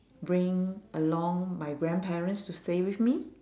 bring along my grandparents to stay with me